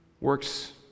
works